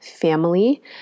family